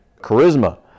charisma